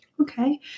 Okay